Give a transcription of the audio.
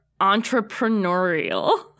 entrepreneurial